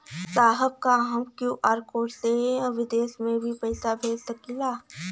साहब का हम क्यू.आर कोड से बिदेश में भी पैसा भेज सकेला?